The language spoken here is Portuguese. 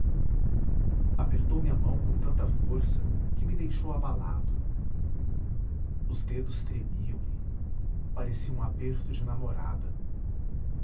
apertou-me a mão com tanta força que me deixou abalado os dedos tremiam lhe parecia um aperto de namorada